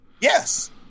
Yes